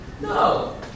No